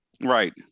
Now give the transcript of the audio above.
right